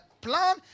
plan